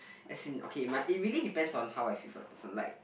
as in okay my it really depend on how I feel for the person like